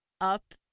up